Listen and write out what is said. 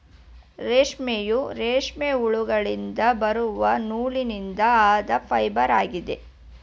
ರೇಷ್ಮೆಯು, ರೇಷ್ಮೆ ಹುಳುಗಳಿಂದ ಬರುವ ನೂಲಿನಿಂದ ಆದ ಫೈಬರ್ ಆಗಿದೆ